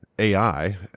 AI